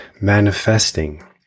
manifesting